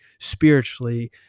spiritually